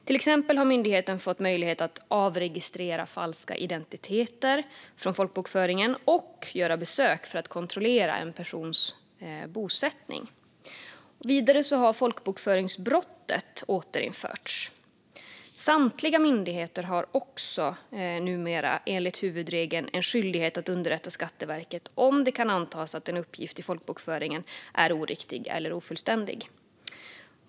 Till exempel har myndigheten fått möjlighet att avregistrera falska identiteter från folkbokföringen och göra besök för att kontrollera en persons bosättning. Vidare har folkbokföringsbrottet återinförts. Samtliga myndigheter har numera också enligt huvudregeln en skyldighet att underrätta Skatteverket om det kan antas att en uppgift i folkbokföringen är oriktig eller ofullständig.